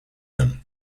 them